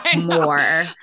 more